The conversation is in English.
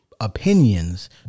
opinions